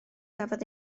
gafodd